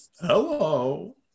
hello